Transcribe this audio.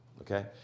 okay